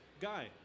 Guy